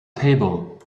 table